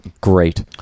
Great